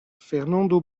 fernando